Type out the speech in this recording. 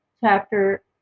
chapter